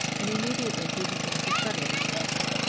and immediately he began to study the stranger,